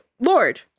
Lord